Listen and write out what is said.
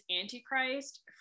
antichrist